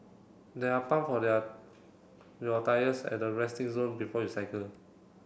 there are pump for their your tyres at the resting zone before you cycle